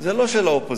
זה לא של האופוזיציה,